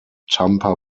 tampa